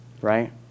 right